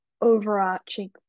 overarching